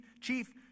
chief